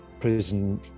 prison